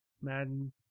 Madden